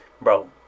bro